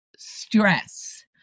stress